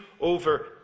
over